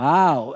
Wow